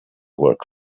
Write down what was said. work